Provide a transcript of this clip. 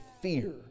fear